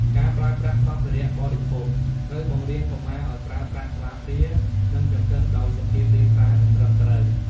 ការប្រើប្រាស់សម្ភារៈបរិភោគ: ត្រូវបង្រៀនកុមារឲ្យប្រើប្រាស់ស្លាបព្រា និងចង្កឹះដោយសុភាពរាបសារ និងត្រឹមត្រូវ។